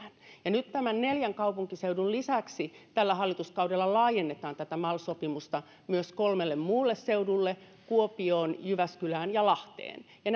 nyt näiden neljän kaupunkiseudun lisäksi tällä hallituskaudella laajennetaan tätä mal sopimusta myös kolmelle muulle seudulle kuopioon jyväskylään ja lahteen ja